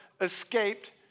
escaped